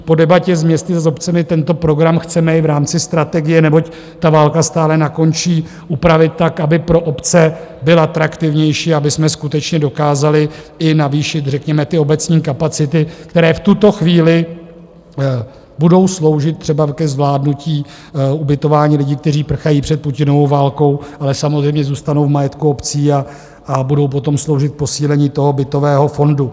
Po debatě s městy a s obcemi tento program chceme i v rámci strategie, neboť ta válka stále nekončí, upravit tak, aby pro obce byla atraktivnější, abychom skutečně dokázali i navýšit řekněme ty obecní kapacity, které v tuto chvíli budou sloužit třeba k zvládnutí ubytování lidí, kteří prchají před Putinovou válkou, ale samozřejmě zůstanou v majetku obcí a budou potom sloužit k posílení toho bytového fondu.